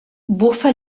bufa